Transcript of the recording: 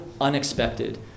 unexpected